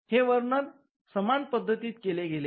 हे वर्णन सामान पद्धतीत केले गेले आहे